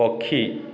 ପକ୍ଷୀ